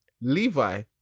Levi